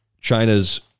China's